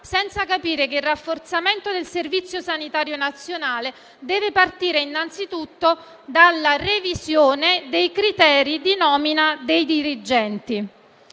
senza capire che il rafforzamento del Servizio sanitario nazionale deve partire innanzitutto dalla revisione dei criteri di nomina dei dirigenti.